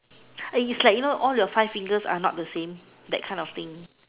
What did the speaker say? eh it's like you know all your five fingers are not the same that kind of thing